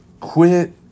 Quit